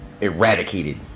eradicated